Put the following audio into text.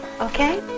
okay